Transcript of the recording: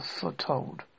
foretold